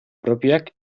propioak